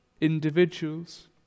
individuals